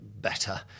better